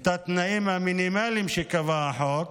את התנאים המינימליים שקבע החוק,